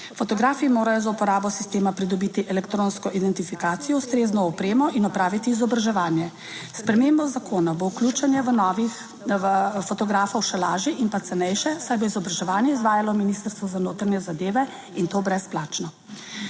Fotografi morajo za uporabo sistema pridobiti elektronsko identifikacijo, ustrezno opremo in opraviti izobraževanje. S spremembo zakona bo vključenje novih fotografov še lažje in cenejše, saj bo izobraževanje izvajalo Ministrstvo za notranje zadeve, in to brezplačno.